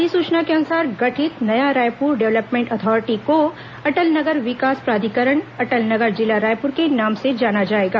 अधिसूचना के अनुसार गठित नया रायपुर डेव्हलपमेंट अथारिटी को अटल नगर विकास प्राधिकरण अटल नगर जिला रायपुर के नाम से जाना जायेगा